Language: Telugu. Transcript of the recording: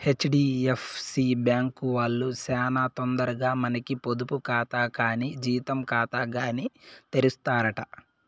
హెచ్.డి.ఎఫ్.సి బ్యాంకు వాల్లు సేనా తొందరగా మనకి పొదుపు కాతా కానీ జీతం కాతాగాని తెరుస్తారట